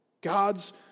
God's